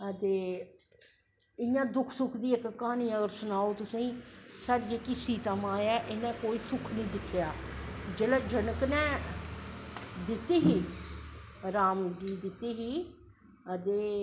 ते इयां दुख दुख दी कहानी अगर सनाओ तुसेंगी सलाढ़ी जेह्की सीता मां ऐ इनैं कोई सुख नी दिक्खेआ जिसलै जनक नै दित्ती ही राम गी दित्ती ही ते